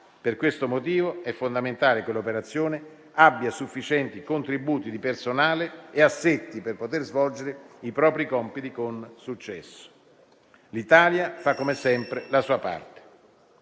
Per questo motivo è fondamentale che l'operazione abbia sufficienti contributi di personale e assetti, per poter svolgere i propri compiti con successo. L'Italia fa, come sempre, la sua parte.